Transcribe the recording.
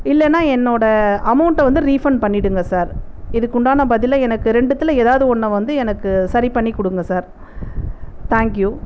இல்லைன்னா என்னோட அமௌண்ட்டை வந்து ரீஃபண்ட் பண்ணிவிடுங்க சார் இதுக்கு உண்டான பதிலை எனக்கு ரெண்டுத்தில் ஏதாவது ஒன்றை வந்து எனக்கு சரி பண்ணி கொடுங்க சார் தேங்க் யூ